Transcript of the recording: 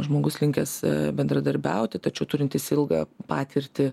žmogus linkęs bendradarbiauti tačiau turintis ilgą patirtį